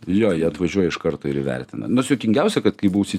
jo jie atvažiuoja iš karto ir įvertina nors juokingiausia kad kai būsi